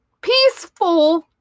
peaceful